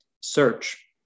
Search